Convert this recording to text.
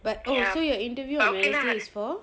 but so your interview on wednesday is for